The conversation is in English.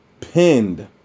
pinned